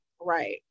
right